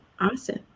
Awesome